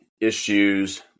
issues